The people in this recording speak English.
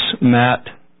Matt